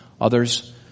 Others